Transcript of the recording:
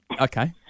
Okay